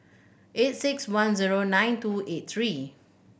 eight six one zero nine two eight three